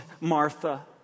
Martha